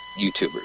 YouTubers